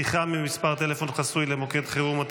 (שיחה ממספר טלפון חסוי למוקד חירום),